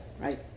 right